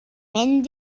mynd